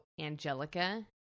Angelica